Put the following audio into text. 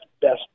best